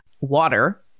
water